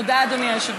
תודה, אדוני היושב-ראש.